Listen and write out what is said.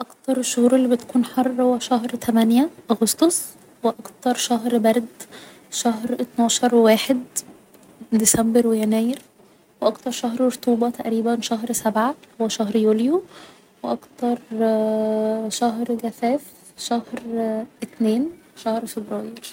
اكتر شهور اللي بتكون حر هو شهر تمانية اغسطس و اكتر شهر برد شهر اتناشر و واحد ديسمبر و يناير و اكتر شهر رطوبة تقريبا شهر سبعة اللي هو شهر يوليو و اكتر شهر جفاف شهر اتنين شهر فبراير